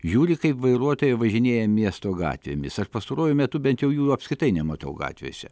žiūri kaip vairuotojai važinėja miesto gatvėmis ar pastaruoju metu bent jau jų apskritai nematau gatvėse